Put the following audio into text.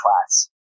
class